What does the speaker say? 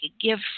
give